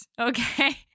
okay